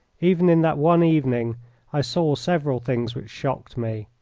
even in that one evening i saw several things which shocked me,